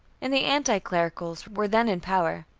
and the anti-clericals were then in power.